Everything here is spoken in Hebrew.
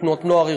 תנועות נוער,